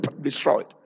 destroyed